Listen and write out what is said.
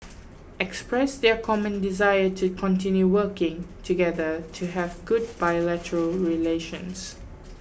expressed their common desire to continue working together to have good bilateral relations